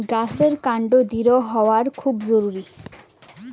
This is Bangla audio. গাছের কান্ড দৃঢ় হওয়া খুব জরুরি